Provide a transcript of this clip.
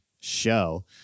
show